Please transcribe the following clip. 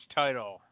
title